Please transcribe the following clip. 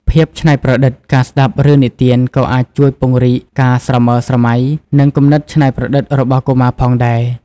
ភាពច្នៃប្រឌិត ការស្ដាប់រឿងនិទានក៏អាចជួយពង្រីកការស្រមើលស្រមៃ និងគំនិតច្នៃប្រឌិតរបស់កុមារផងដែរ។